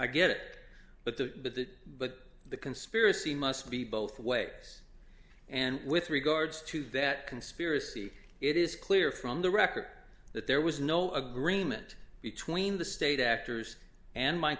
it but the but the conspiracy must be both ways and with regards to that conspiracy it is clear from the record that there was no agreement between the state actors and my